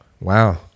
Wow